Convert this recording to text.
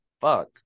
fuck